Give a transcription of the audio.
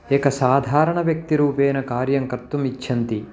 एकसाधारणव्यक्तिरूपेण कार्यं कर्तुमिच्छान्ति